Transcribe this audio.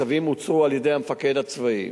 הצווים הוצאו על-ידי המפקד הצבאי.